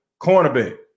cornerback